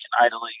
idling